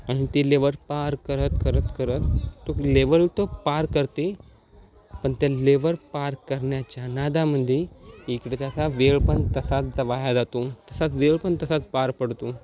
आणि ते लेवर पार करत करत करत तो लेवल तो पार करते पण त्या लेवर पार करण्याच्या नादामध्ये इकडे त्याचा वेळ पण तसाच वाया जातो तसाच वेळ पण तसाच पार पडतो